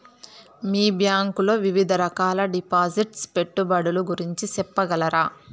మీ bank లో వివిధ రకాల డిపాసిట్స్, పెట్టుబడుల గురించి సెప్పగలరా?